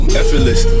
effortless